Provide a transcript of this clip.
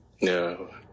no